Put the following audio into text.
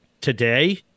Today